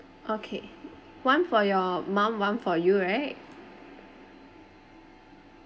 okay one for your mum one for you right